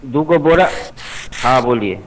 दो गो बौरा हाँ बोलिए